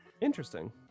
Interesting